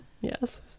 Yes